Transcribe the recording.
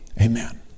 Amen